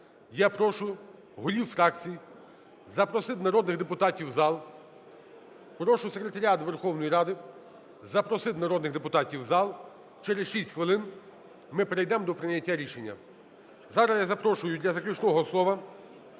Я прошу голів фракцій запросити народних депутатів в зал. Прошу Секретаріат Верховної Ради запросити народних депутатів в зал, через 6 хвилин ми перейдемо до прийняття рішення. Зараз я запрошую для заключного слова